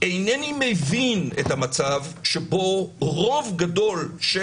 אינני מבין את המצב שבו רוב גדול של